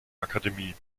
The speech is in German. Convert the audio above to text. akademie